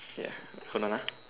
ya hold on ah